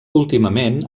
últimament